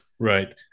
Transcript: Right